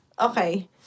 Okay